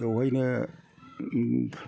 बेवहायनो